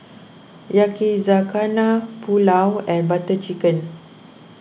Yakizakana Pulao and Butter Chicken